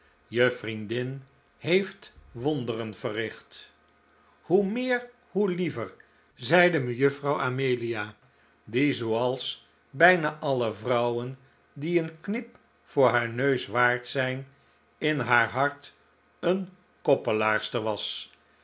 je vriendin heeft wonderen verricht hoe meer hoe liever zeide mejuffrouw amelia die zooals bijna alle vrouwen die een knip voor haar neus waard zijn in haar hart een koppelaarster was